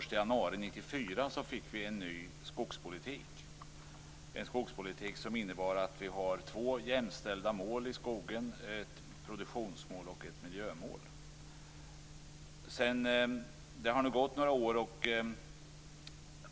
1 januari 1994 fick en ny skogspolitik, som innebar att vi har två jämställda mål, ett produktionsmål och ett miljömål. Det har nu gått några år.